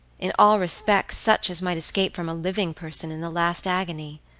in all respects such as might escape from a living person in the last agony.